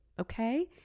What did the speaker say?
okay